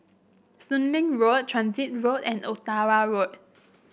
Soon Leng Road Transit Road and Ottawa Road